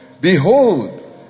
Behold